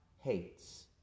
hates